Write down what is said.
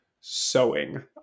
sewing